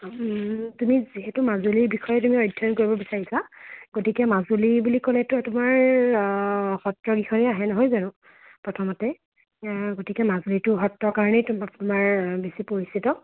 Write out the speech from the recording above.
তুমি যিহেতু মাজুলিৰ বিষয়ে তুমি অধ্যয়ন কৰিব বিচাৰিছা গতিকে মাজুলি বুলি ক'লেতো তোমাৰ সত্ৰকেইখনে আহে নহয় জানো প্ৰথমতে গতিকে মাজুলিতো সত্ৰৰ কাৰণেই তোমাৰ বেছি পৰিচিত